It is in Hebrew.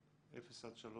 אפס עד שלוש?